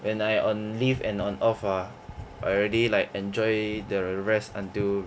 when I on leave and on off ah I already like enjoy the rest until